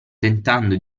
tentando